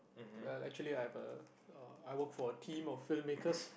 well actually I have a uh I work for a team of filmmakers